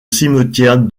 cimetière